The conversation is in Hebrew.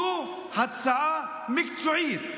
וזו הצעה מקצועית,